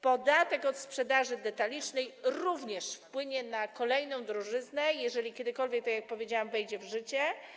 Podatek od sprzedaży detalicznej również wpłynie na kolejną drożyznę, jeżeli kiedykolwiek, tak jak powiedziałam, wejdzie w życie.